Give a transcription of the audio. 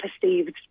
perceived